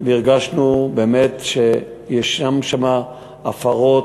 והרגשנו באמת שיש שם הפרות,